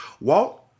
Walt